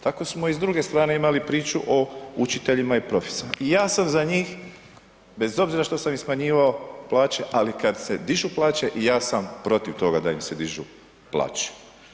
Tako smo i s druge strane imali priču o učiteljima i profesorima i sam za njih bez obzira što sam im smanjivao plaće, ali kad se dižu plaće ja sam protiv toga da im se dižu plaće.